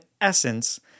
essence